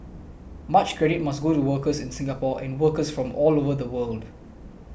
much credit must go to workers in Singapore and workers from all over the world